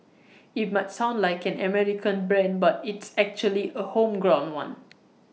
IT might sound like an American brand but it's actually A homegrown one